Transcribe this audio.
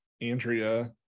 andrea